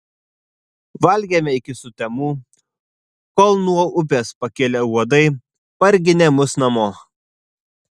valgėme iki sutemų kol nuo upės pakilę uodai parginė mus namo